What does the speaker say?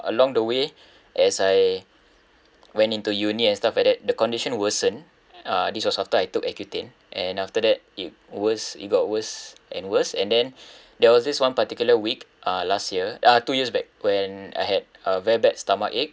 along the way as I went into uni and stuff like that the condition worsen uh this was after I took accutane and after that it worse it got worse and worse and then there was this one particular week uh last year uh two years back when I had a very bad stomachache